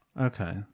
Okay